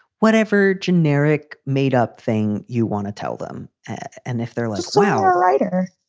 whatever generic made up thing you want to tell them. and if they're less, well a writer.